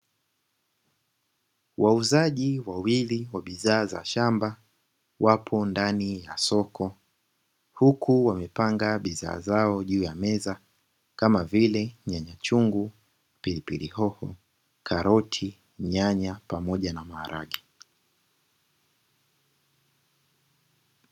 Wauzaji wawili wa bidhaa za shamba wapo ndani ya soko, huku wamepanga bidhaa zao juu ya meza kama vile nyanya chungu, pilipili hoho, karoti, nyanya pamoja na maharage.